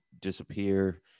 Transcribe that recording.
disappear